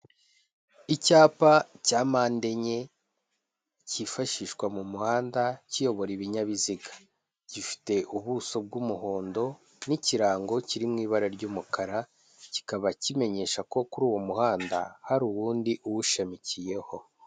Icyapa cya mpande enye cyifashishwa mu muhanda kiyobora ibinyabiziga. Gifite ubuso bw'umuhondo n'ikirango kiri mu ibara ry'umukara, kikaba kimenyesha ko kuri uwo muhanda hari uwundi uwushamikiyeho.